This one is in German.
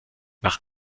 nach